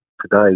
Today